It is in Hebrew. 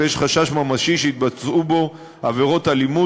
ויש חשש ממשי שיתבצעו בו עבירות אלימות